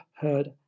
heard